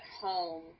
home